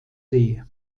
see